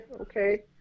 okay